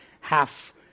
half